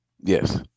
Yes